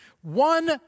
One